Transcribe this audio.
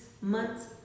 months